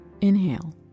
inhale